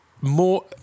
more